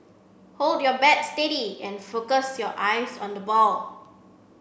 hold your bat steady and focus your eyes on the ball